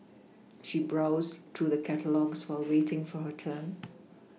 she browsed through the catalogues while waiting for her turn